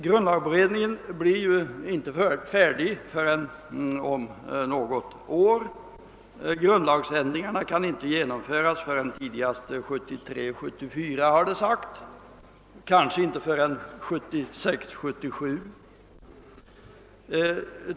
Grundlagberedningen blir inte färdig förrän om något år, och grundlagsändringarna kan inte genomföras förrän tidigast 1973 77.